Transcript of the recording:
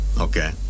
okay